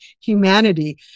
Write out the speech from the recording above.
humanity